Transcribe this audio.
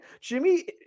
Jimmy